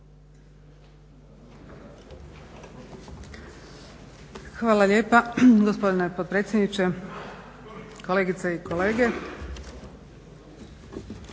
Hvala lijepa gospodine potpredsjedniče. Kolegice i kolege.